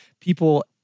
people